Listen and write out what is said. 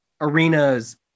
arenas